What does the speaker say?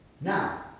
Now